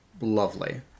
lovely